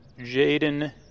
Jaden